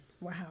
Wow